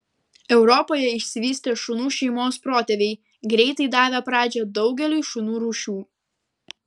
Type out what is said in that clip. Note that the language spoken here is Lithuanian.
europoje išsivystė šunų šeimos protėviai greitai davę pradžią daugeliui šunų rūšių